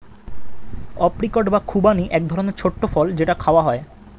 apricot বা খুবানি এক রকমের ছোট্ট ফল যেটা খাওয়া হয়